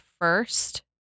first